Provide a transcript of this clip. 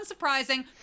Unsurprising